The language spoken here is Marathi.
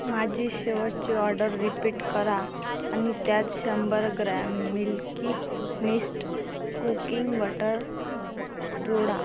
माझी शेवटची ऑर्डर रिपीट करा आणि त्यात शंभर gram milky mist cooking butter जोडा